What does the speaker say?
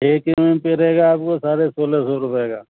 ایک ایم ایم پہ رے گا آپ کو سارھے سولہ سو روپے کا